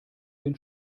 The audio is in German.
den